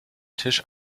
tisch